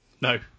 No